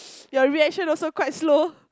your reaction also quite slow